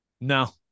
No